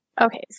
Okay